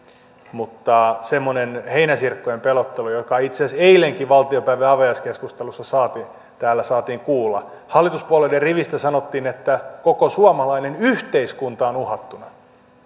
mutta semmoinen heinäsirkoilla pelottelu jota itse asiassa eilenkin valtiopäivien avajaiskeskustelussa täällä saatiin kuulla hallituspuolueiden rivistä sanottiin että koko suomalainen yhteiskunta on uhattuna